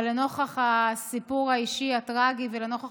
אבל לנוכח הסיפור האישי הטרגי ולנוכח